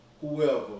whoever